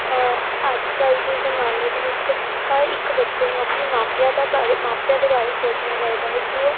ਅੱਜ ਕੱਲ੍ਹ ਦੇ ਜ਼ਮਾਨੇ ਦੇ ਵਿੱਚ ਹਰ ਇੱਕ ਬੱਚੇ ਨੂੰ ਆਪਣੇ ਮਾਪਿਆਂ ਦਾ ਬਾਰੇ ਮਾਪਿਆਂ ਦੇ ਬਾਰੇ ਸੋਚਣਾ ਚਾਹੀਦਾ ਹੈ ਕਿਉਂ